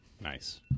Nice